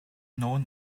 known